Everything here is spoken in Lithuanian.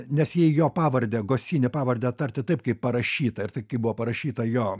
nes jei jo pavardę gosini pavardę tarti taip kaip parašyta ir tai kaip buvo parašyta jo